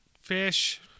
fish